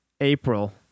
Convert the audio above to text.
April